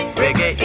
reggae